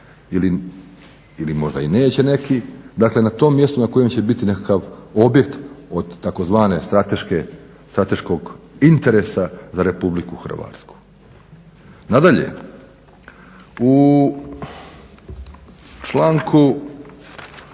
ili možda neće neki, dakle na tom mjestu na kojem će biti nekakav objekt od tzv. strateškog interesa za RH. Nadalje, u članku